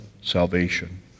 salvation